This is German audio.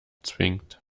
zwingt